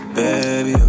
baby